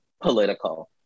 political